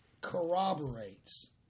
corroborates